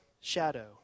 shadow